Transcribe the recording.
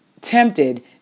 tempted